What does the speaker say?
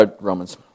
Romans